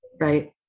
right